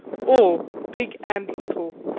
all, big and little,